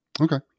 Okay